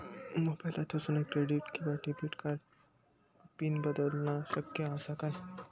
मोबाईलातसून क्रेडिट किवा डेबिट कार्डची पिन बदलना शक्य आसा काय?